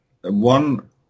one